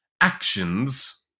actions